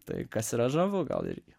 tai kas yra žavu gal irgi